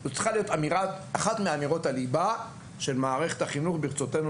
זו צריכה להיות אחת מאמירות הליבה של מערכת החינוך ברצותנו